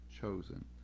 chosen